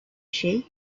she